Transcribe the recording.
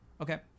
Okay